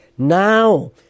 Now